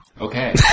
Okay